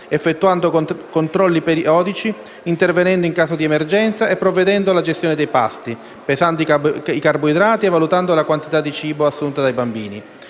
effettuando controlli periodici, intervenendo in caso di emergenza e provvedendo alla gestione dei pasti (pesano i carboidrati e valutando la quantità di cibo assunta dai bambini),